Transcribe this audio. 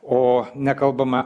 o nekalbama